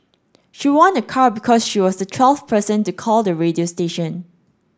she won a car because she was the twelfth person to call the radio station